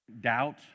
doubt